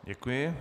Děkuji.